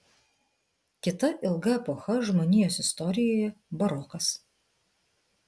kita ilga epocha žmonijos istorijoje barokas